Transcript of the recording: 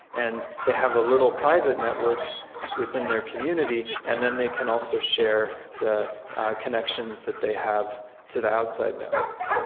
and they have a little private network within their community, and then they can also share the connections that they have to the outside network.